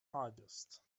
august